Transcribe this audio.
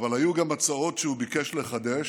אבל היו גם הצעות שהוא ביקש לחדש